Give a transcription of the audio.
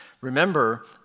Remember